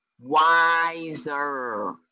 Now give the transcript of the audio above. wiser